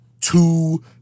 two